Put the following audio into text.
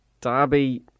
Derby